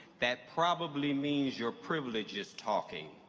that probably means your privilege is talking.